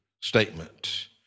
statement